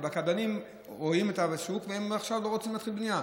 הקבלנים רואים את המציאות,